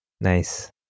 Nice